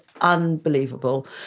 unbelievable